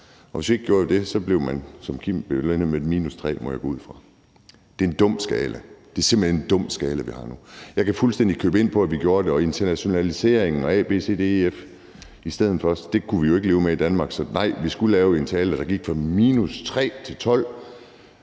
Og hvis vi ikke gjorde det, blev man som Kim belønnet med et -3, må jeg gå ud fra. Det er en dum skala – det er simpelt hen en dum skala, vi har nu. Jeg køber fuldstændig ind på, hvorfor vi gjorde det. Det var internationaliseringen. At det var A, B, C, D, E, F i stedet for, kunne vi jo ikke leve med i Danmark. Nej, vi skulle lave en skala, der gik fra -3 til 12.